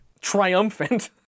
Triumphant